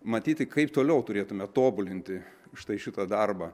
matyti kaip toliau turėtume tobulinti štai šitą darbą